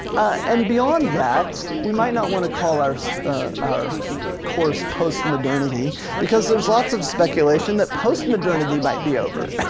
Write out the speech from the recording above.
and beyond that we might not want to call our our course post-modernity because there's lots of speculation that post-modernity might be over.